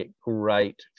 great